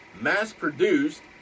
mass-produced